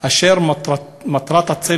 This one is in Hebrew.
אשר מטרתו,